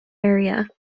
area